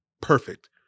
perfect